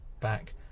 back